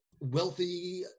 wealthy